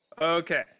okay